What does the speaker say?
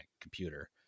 computer